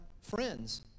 friends